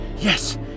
Yes